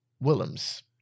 Willems